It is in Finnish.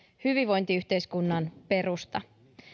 hyvinvointiyhteiskunnan perusta